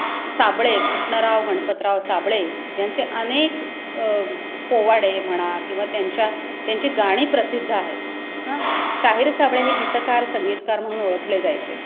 श साबळे कृष्णराव गणपतराव साबळे यांचे अनेक पोवाडे म्हणा किंवा त्यांच्या त्यांची गाणी प्रसिद्ध आहेत हां शाहीर साबळे हे गीतकार संगीतकार म्हणून ओळखले जायचे